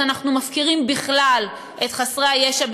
אנחנו מפקירים בכלל את חסרי הישע,